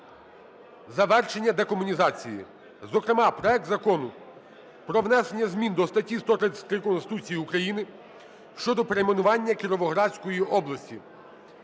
завершення декомунізації, зокрема проект Закону про внесення змін до статті 133 Конституції України щодо перейменування Кіровоградської області.